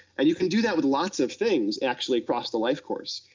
and you can do that with lots of things, actually, across the life course.